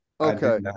Okay